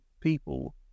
people